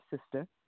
sister